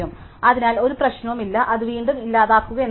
അതിനാൽ ഒരു പ്രശ്നവുമില്ല അത് വീണ്ടും ഇല്ലാതാക്കുക എന്ന് വിളിക്കുന്നു